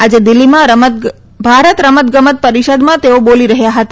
આજે દિલ્ફીમાં ભારત રમતગમત પરિષદમાં તેઓ બોલી રહ્યા હતા